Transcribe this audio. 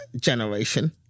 generation